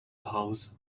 house